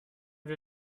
wir